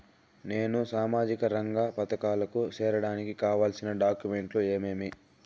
నేను సామాజిక రంగ పథకాలకు సేరడానికి కావాల్సిన డాక్యుమెంట్లు ఏమేమీ?